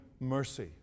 mercy